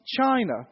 China